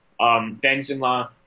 Benzema